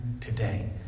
today